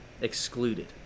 excluded